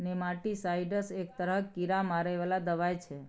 nematicides एक तरहक कीड़ा मारै बला दबाई छै